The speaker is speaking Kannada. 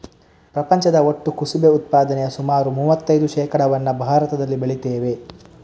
ಪ್ರಪಂಚದ ಒಟ್ಟು ಕುಸುಬೆ ಉತ್ಪಾದನೆಯ ಸುಮಾರು ಮೂವತ್ತೈದು ಶೇಕಡಾವನ್ನ ಭಾರತದಲ್ಲಿ ಬೆಳೀತೇವೆ